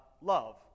love